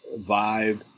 vibe